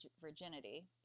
virginity